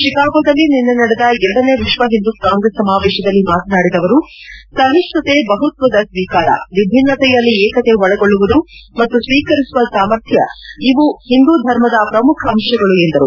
ಚಿಕಾಗೋದಲ್ಲಿ ನಿನ್ನೆ ನಡೆದ ಎರಡನೇ ವಿಶ್ವ ಹಿಂದೂ ಕಾಂಗ್ರೆಸ್ ಸಮಾವೇತದಲ್ಲಿ ಮಾತನಾಡಿದ ಅವರು ಸಹಿಷ್ಟುತೆ ಬಹುತ್ವದ ಸ್ವೀಕಾರ ವಿಭಿನ್ನತೆಯಲ್ಲಿ ಏಕತೆ ಒಳಗೊಳ್ಳುವುದು ಮತ್ತು ಸ್ವೀಕರಿಸುವ ಸಾಮರ್ಥ್ಯ ಇವು ಹಿಂದೂ ಧರ್ಮದ ಪ್ರಮುಖ ಅಂಶಗಳು ಎಂದರು